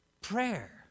prayer